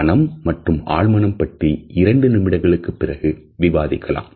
மனம் மற்றும் ஆழ்மனம் பற்றி இரண்டு நிமிடங்களுக்குப் பிறகு விவாதிக்கலாம்